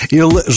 Ele